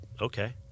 Okay